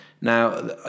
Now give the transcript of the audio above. Now